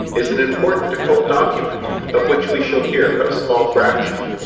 is an important occult document of which we shall hear but a small fraction.